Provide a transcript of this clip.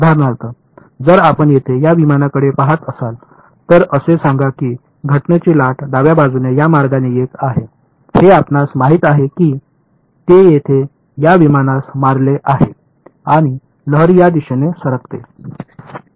उदाहरणार्थ जर आपण येथे या विमानाकडे पहात असाल तर असे सांगा की घटनेची लाट डाव्या बाजूने या मार्गाने येत आहे हे आपणास माहित आहे की ते येथे या विमानास मारले आहे आणि लहरी या दिशेने सरकते